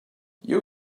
you